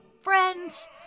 Friends